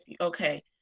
okay